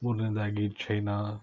ಮೂರನೇದಾಗಿ ಚೈನಾ